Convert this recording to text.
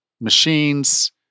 machines